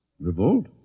Revolt